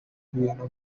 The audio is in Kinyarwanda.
bintu